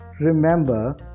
remember